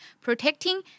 protecting